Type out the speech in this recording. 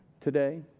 today